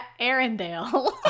Arendelle